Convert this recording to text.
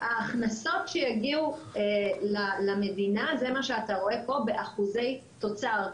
ההכנסות שיגיעו למדינה זה מה שאתה רואה פה באחוזי תוצר,